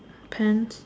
pants